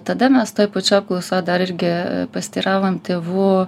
tada mes toj pačioj apklausoj dar irgi pasiteiravom tėvų